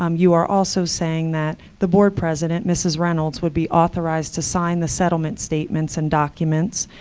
um you are also saying that the board president, mrs. reynolds, would be authorized to sign the settlement statements and documents,